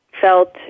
felt